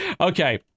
Okay